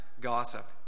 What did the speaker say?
gossip